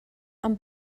amb